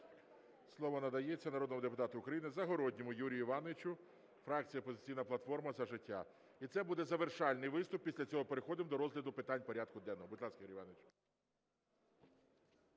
Слово надається народному депутату України Загородньому Юрію Івановичу, фракція "Опозиційна платформа – За життя". І це буде завершальний виступ. Після цього переходимо до розгляду питань порядку денного. Будь ласка, Юрій Іванович.